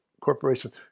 corporations